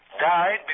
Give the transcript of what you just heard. died